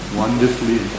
wonderfully